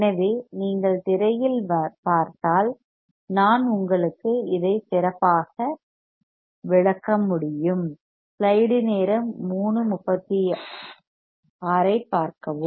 எனவே நீங்கள் திரையில் பார்த்தால் நான் உங்களுக்கு இதை சிறப்பாக விளக்க முடியும்